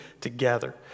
together